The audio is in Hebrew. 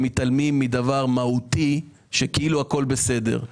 מתעלמים מדבר מהותי, שכאילו הכול בסדר.